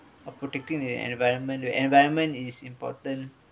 of protecting the environment the environment is important